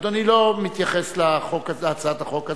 אדוני לא מתייחס להצעת החוק הזאת,